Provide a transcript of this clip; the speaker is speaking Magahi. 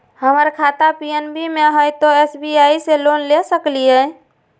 हमर खाता पी.एन.बी मे हय, तो एस.बी.आई से लोन ले सकलिए?